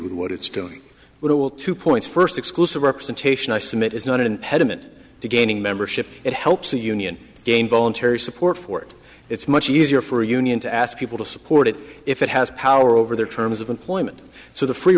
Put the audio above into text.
with what it's doing will two points first exclusive representation i submit is not an impediment to gaining membership it helps the union gain voluntary support for it it's much easier for a union to ask people to support it if it has power over their terms of employment so the free